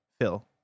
Phil